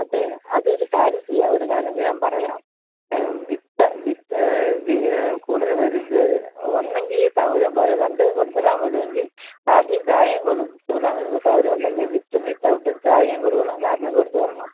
അതേ അത് ഒരു കാര്യം ചെയ്യാം ഒരു കാര്യം ചെയ്യാം പറയാം വിത്ത് വിത്ത് കൂടുതൽ പേര് ഒന്നെങ്കില് ഈ സൗകര്യം പോരാ രണ്ടും കൊടുത്തിട്ടാണു വിടുകയെങ്കില് കാപ്പിയും ചായയും കൊടുത്തുവിടാന് നിങ്ങള്ക്കു് സൗകര്യം ഉണ്ടെങ്കില് വിത്തും വിത്തൗട്ടും ചായയും കൊടുക്കണം കാപ്പിയും കൊടുത്തുവിടണം